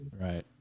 right